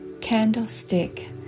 Candlestick